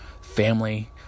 family